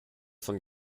von